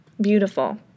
Beautiful